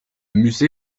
musée